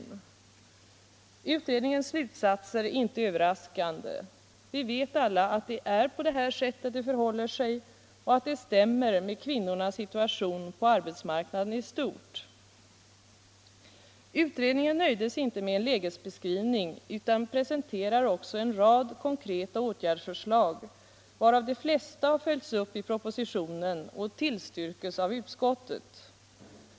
Utredningens slutsatser är inte överraskande. Vi vet alla att det är på det här sättet det förhåller sig och att det stämmer med kvinnornas situation på arbetsmarknaden i stort. Utredningen nöjde sig inte med en lägesbeskrivning utan presenterade också en rad konkreta åtgärdsförslag, varav de flesta följts upp i propositionen och tillstyrkts av utskottet.